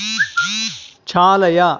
चालय